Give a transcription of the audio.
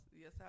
Yes